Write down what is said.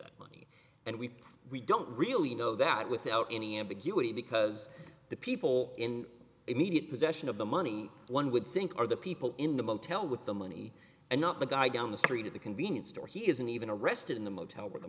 the money and we we don't really know that without any ambiguity because the people in immediate possession of the money one would think are the people in the motel with the money and not the guy down the street at the convenience store he isn't even arrested in the motel w